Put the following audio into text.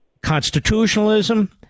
constitutionalism